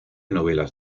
novelas